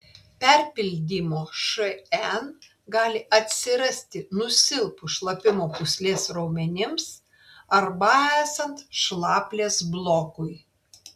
perpildymo šn gali atsirasti nusilpus šlapimo pūslės raumenims arba esant šlaplės blokui